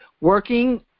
working